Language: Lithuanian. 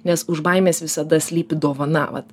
nes už baimės visada slypi dovana vat